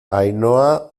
ainhoa